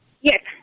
yes